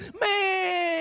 Man